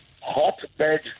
hotbed